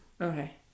Okay